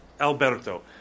Alberto